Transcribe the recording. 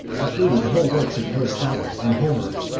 included the whole works of aristotle and homer,